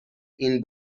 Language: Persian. این